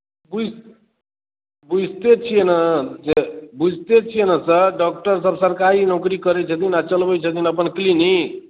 बुझि बुझिते छियै ने जे बुझिते छियै ने सर डॉक्टरसभ सरकारी नौकरी करैत छथिन आ चलबैत छथिन अपन क्लिनिक